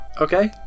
okay